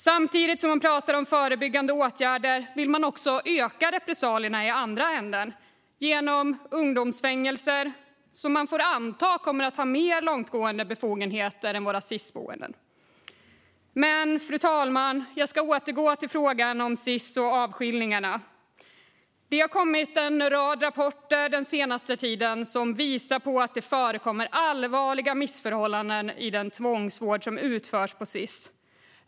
Samtidigt som man pratar om förebyggande åtgärder vill man också öka repressalierna i andra ändan genom ungdomsfängelser, som vi får anta kommer att ha mer långtgående befogenheter än våra Sis-boenden. Fru talman! Jag ska återgå till frågan om Sis och avskiljningarna. Det har kommit en rad rapporter den senaste tiden som visar att det förekommer allvarliga missförhållanden i den tvångsvård som utförs på Sis.